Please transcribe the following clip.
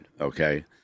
okay